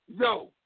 yo